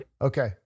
Okay